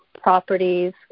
properties